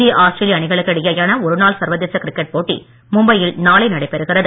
இந்திய ஆஸ்திரேலிய அணிகளுக்கு இடையேயான ஒருநாள் சர்வதேச கிரிக்கெட் போட்டி மும்பையில் நாளை நடைபெறுகிறது